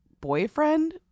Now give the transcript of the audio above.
boyfriend